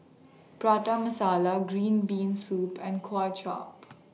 Prata Masala Green Bean Soup and Kuay Chap